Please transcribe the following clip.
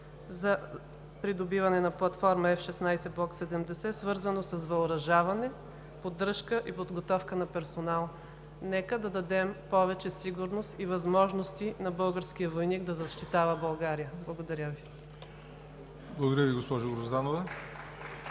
за придобиване на платформа F-16 Block 70, свързано с въоръжаване, поддръжка и подготовка на персонал. Нека да дадем повече сигурност и възможности на българския войник да защитава България. Благодаря Ви. (Ръкопляскания